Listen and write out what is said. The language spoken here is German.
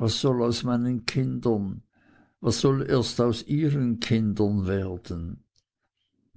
was soll aus meinen kindern was soll erst aus ihren kindern werden